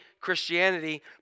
Christianity